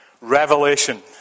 revelation